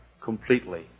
completely